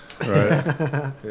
right